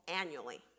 annually